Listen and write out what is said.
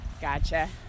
Gotcha